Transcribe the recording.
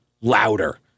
louder